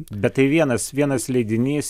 bet tai vienas vienas leidinys